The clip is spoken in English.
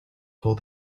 told